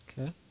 Okay